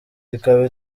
ikaba